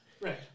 Right